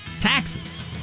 taxes